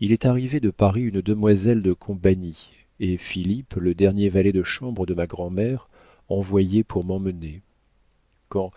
il est arrivé de paris une demoiselle de compagnie et philippe le dernier valet de chambre de ma grand'mère envoyés pour m'emmener quand